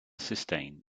sustain